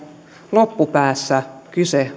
loppupäässä kyse